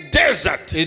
desert